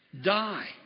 die